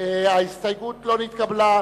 ההסתייגות של חברי